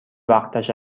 وقتش